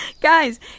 Guys